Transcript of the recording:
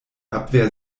abwehr